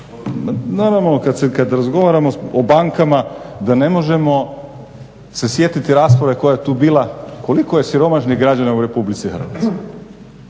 naravno kad razgovaramo o bankama da ne možemo se sjetiti rasprave koja je tu bila koliko je siromašnih građana u RH. I zato